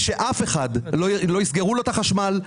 ושלאף אחד לא יסגרו את החשמל,